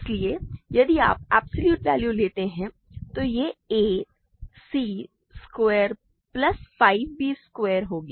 इसलिए यदि आप एब्सॉल्यूट वैल्यू लेते हैं तो यह a c square plus 5 b square होगा